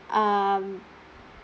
um